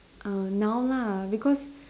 err now lah because